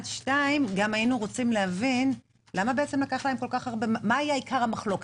ומה היה עיקר המחלוקת?